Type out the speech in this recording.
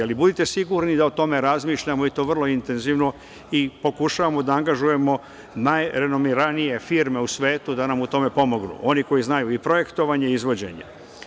Ali, budite sigurni da o tome razmišljamo i to vrlo intenzivno i pokušavamo da angažujemo najrenomiranije firme u svetu da nam u tome pomognu, oni koji znaju i projektovanje i izvođenje.